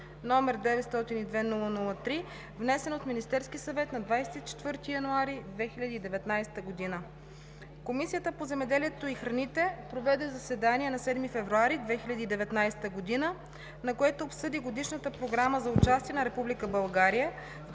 г., № 902-00-3, внесена от Министерския съвет на 24 януари 2019 г. Комисията по земеделието и храните проведе заседание на 7 февруари 2019 г., на което обсъди Годишната програма за участие на